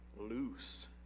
loose